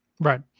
Right